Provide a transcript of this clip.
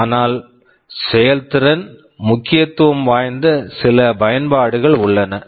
ஆனால் செயல்திறன் முக்கியத்துவம் வாய்ந்த சில பயன்பாடுகள் உள்ளன